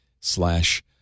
slash